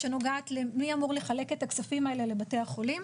שנוגעת למי אמור לחלק את הכספים האלה לבתי החולים.